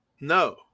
No